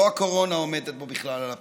לא הקורונה עומדת פה בכלל על הפרק.